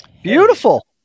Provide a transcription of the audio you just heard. Beautiful